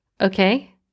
Okay